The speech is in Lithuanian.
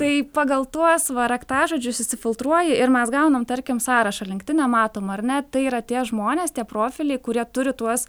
tai pagal tuos va raktažodžius išsifiltruoji ir mes gaunam tarkim sąrašą linktdine matom ar ne tai yra tie žmonės tie profiliai kurie turi tuos